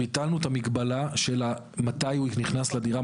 ביטלנו את המגבלה של מי הוא נכנס לדירה,